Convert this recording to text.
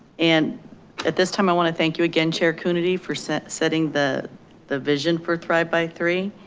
and at this time, i want to thank you again chair coonerty for setting the the vision for thrive by three.